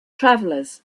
travelers